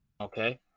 Okay